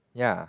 ya